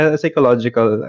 psychological